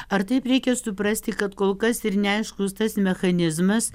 ar taip reikia suprasti kad kol kas ir neaiškus tas mechanizmas